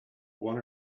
one